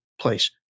place